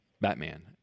Batman